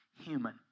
human